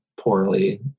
poorly